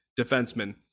defenseman